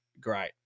great